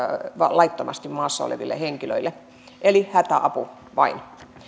laittomasti maassa oleville henkilöille eli hätäapu vain